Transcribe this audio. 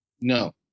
No